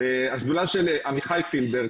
השדולה של עמיחי פילבר,